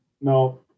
no